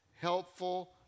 helpful